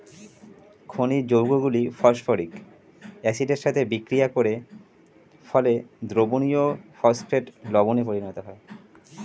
খনিজ যৌগগুলো ফসফরিক অ্যাসিডের সাথে বিক্রিয়া করার ফলে দ্রবণীয় ফসফেট লবণে পরিণত হয়